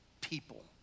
people